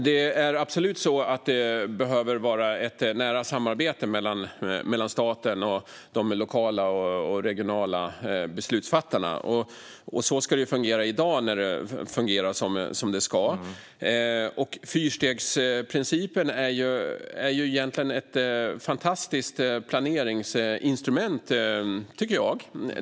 Fru talman! Det behövs absolut ett nära samarbete mellan staten och de lokala och regionala beslutsfattarna. Så ska det fungera i dag när det fungerar som det ska. Fyrstegsprincipen är egentligen ett fantastiskt planeringsinstrument.